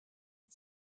and